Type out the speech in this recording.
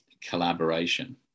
collaboration